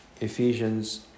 Ephesians